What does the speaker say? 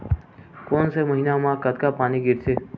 कोन से महीना म कतका पानी गिरथे?